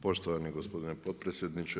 Poštovani gospodine potpredsjedniče.